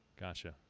Gotcha